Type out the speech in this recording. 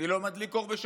אני לא מדליק אור בשבת,